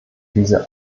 diese